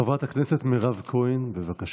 חברת הכנסת מירב כהן, בבקשה.